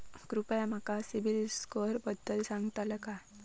कृपया माका सिबिल स्कोअरबद्दल सांगताल का?